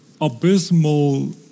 abysmal